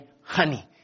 honey